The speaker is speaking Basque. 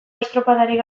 estropadarik